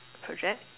project